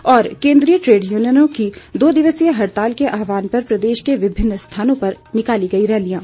और केंद्रीय ट्रेड यूनियनों की दो दिवसीय हड़ताल के आहवान पर प्रदेश के विभिन्न स्थानों पर निकाली गई रैलियां